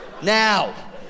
Now